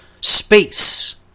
space